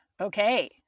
Okay